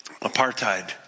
apartheid